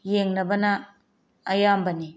ꯌꯦꯡꯅꯕꯅ ꯑꯌꯥꯝꯕꯅꯤ